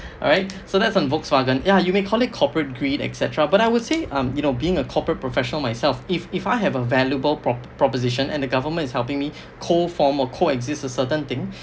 alright so that's on Volkswagen ya you may call it corporate greed et cetera but I would say um you know being a corporate professional myself if if I have a valuable prop~ proposition and the government is helping me co-form or coexist a certain thing